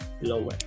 lower